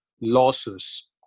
losses